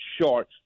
short